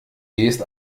ist